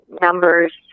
numbers